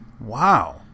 Wow